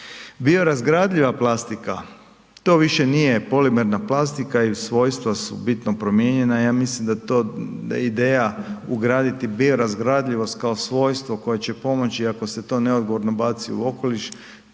Biorazgradiva plastika, to više nije polimerna plastika i svojstva su bitno promijenjena. Ja mislim da je to ideja ugraditi biorazgradivost kao svojstvo koje će pomoći i ako se to neodgovorno baci u okoliš